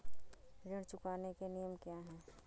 ऋण चुकाने के नियम क्या हैं?